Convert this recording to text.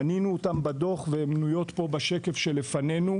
מנינו אותן בדוח, והן מנויות פה בשקף שלפנינו.